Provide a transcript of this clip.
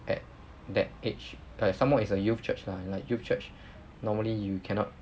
at that age plus some more is a youth church lah like youth church normally you cannot